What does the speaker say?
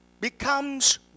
becomes